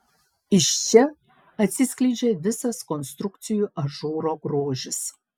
iš čia atsiskleidžia visas konstrukcijų ažūro grožis